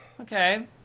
Okay